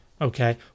okay